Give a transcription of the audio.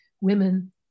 women